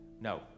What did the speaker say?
No